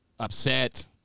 upset